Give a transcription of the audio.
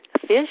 fish